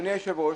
אדוני היושב-ראש,